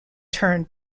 turn